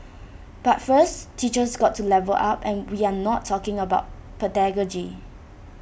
but first teachers got to level up and we are not talking about pedagogy